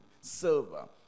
silver